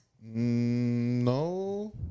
No